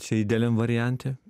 čia idealiam variante